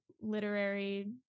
literary